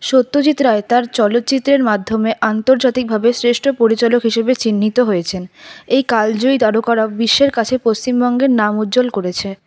সত্যজিৎ রায় তার চলচ্চিত্রের মাধ্যমে আন্তর্জাতিকভাবে শ্রেষ্ঠ পরিচালক হিসেবে চিহ্নিত হয়েছেন এই কালজয়ী তারকারা বিশ্বের কাছে পশ্চিমবঙ্গের নাম উজ্জ্বল করেছে